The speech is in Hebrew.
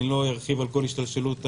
אני לא ארחיב על כל השתלשלות האירועים.